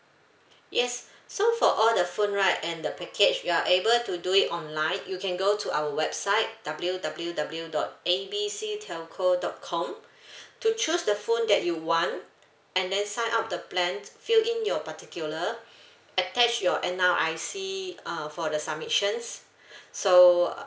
yes so for all the phone right and the package you're able to do it online you can go to our website W_W_W dot A B C telco dot com to choose the phone that you want and then sign up the plan fill in your particular attach your N_R_I_C uh for the submissions so